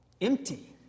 empty